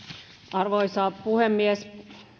arvoisa puhemies